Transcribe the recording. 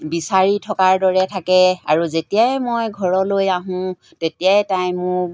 বিচাৰি থকাৰ দৰে থাকে আৰু যেতিয়াই মই ঘৰলৈ আহোঁ তেতিয়াই তাই মোক